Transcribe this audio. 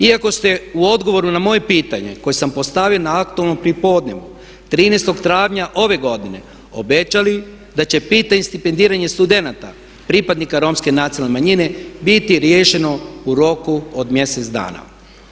Iako ste u odgovoru na moje pitanje koje sam postavio na aktualnom prijepodnevu 13.travanja ove godine obećali da će biti stipendiranje studenta pripadnika Romske nacionalne manjine biti riješeno u roku od mjesec dana.